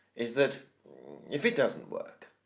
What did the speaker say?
is that if it doesn't work,